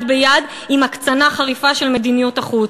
ביד עם הקצנה חריפה של מדיניות החוץ.